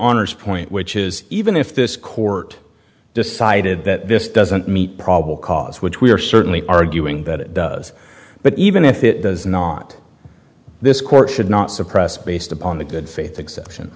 honor's point which is even if this court decided that this doesn't meet probable cause which we are certainly arguing that it does but even if it does not this court should not suppress based upon the good faith exception